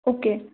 okay